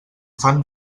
fan